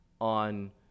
on